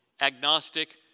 agnostic